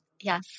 Yes